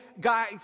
guy